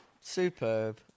Superb